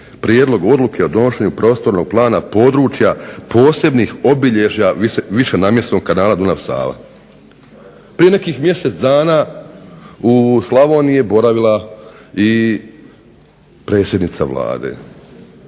Prijedlog odluke o donošenju Prostornog plana područja posebnih obilježja višenamjenskog kanala Dunav-Sava. Prije nekih mjesec dana u Slavoniji je boravila i predsjednica Vlade.